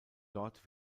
dort